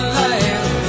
life